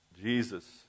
Jesus